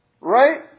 Right